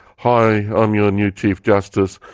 hi, i'm your new chief justice,